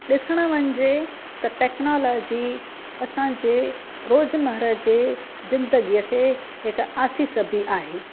डिसण वञे त टैक्नोलॉजी असांजे रोजमर्रा जे जिंदगीअ खे हिकु आसीस बि आहे